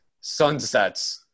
sunsets